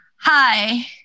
Hi